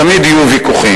תמיד יהיו ויכוחים.